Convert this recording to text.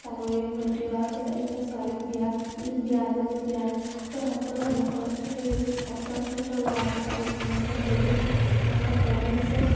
চাকৰি দিয়াৰ পিছত এতিয়া ছোৱালীক বিয়া বিয়া দিয়ালে বিয়া তেওঁ সকলো সমস্ত বস্তু সেই কষ্টৰ ফলত তেওঁ ল'ৰা ছোৱালীক সমস্ত যৌতুক সমস্ত তেৱেঁই দিছে